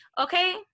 okay